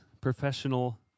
professional